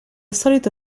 solito